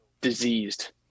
diseased